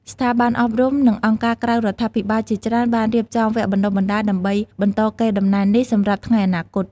ស្ថាប័នអប់រំ និងអង្គការក្រៅរដ្ឋាភិបាលជាច្រើនបានរៀបចំវគ្គបណ្តុះបណ្តាល ដើម្បីបន្តកេរដំណែលនេះសម្រាប់ថ្ងៃអនាគត។